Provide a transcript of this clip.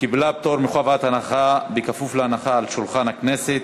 היא קיבלה פטור מחובת הנחה כפוף להנחה על שולחן הכנסת.